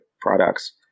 products